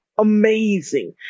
Amazing